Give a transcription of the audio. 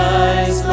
eyes